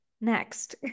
next